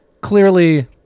clearly